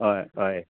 हय हय